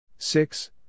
Six